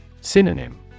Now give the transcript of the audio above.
Synonym